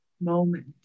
moment